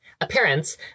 appearance